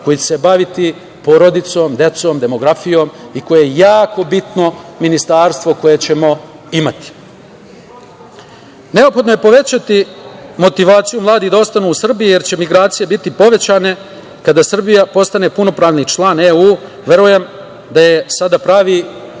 koje će se baviti porodicom, decom, demografijom i koje je jako bitno ministarstvo koje ćemo imati. Neophodno je povećati motivaciju mladih da ostanu u Srbiji, jer će migracije biti povećane kada Srbija postane punopravni član EU. Verujem da je sada pravi